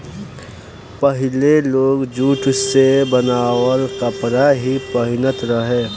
पहिले लोग जुट से बनावल कपड़ा ही पहिनत रहे